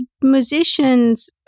musicians